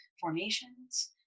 formations